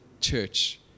church